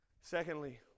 Secondly